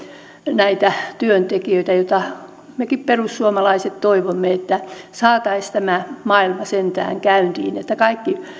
näitä työntekijöitä mekin perussuomalaiset toivomme että saataisiin tämä maailma sentään käyntiin kaikki